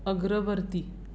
अग्रवर्ती